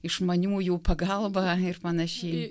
išmaniųjų pagalba ir panašiai